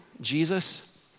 Jesus